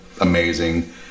amazing